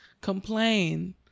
complain